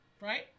Right